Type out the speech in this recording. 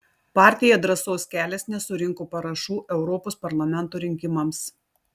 partija drąsos kelias nesurinko parašų europos parlamento rinkimams